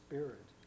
Spirit